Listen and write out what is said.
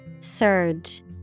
Surge